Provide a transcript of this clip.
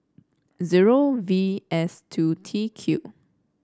zero V S two T Q